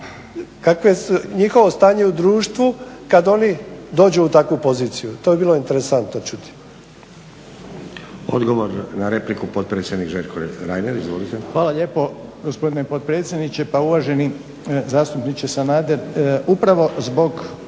kakvo njihovo stanje u društvu kad oni dođu u takvu poziciju. To bi bilo interesantno čuti.